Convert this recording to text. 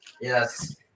Yes